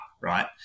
right